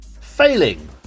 Failing